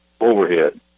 overhead